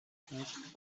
bleibt